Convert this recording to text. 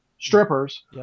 strippers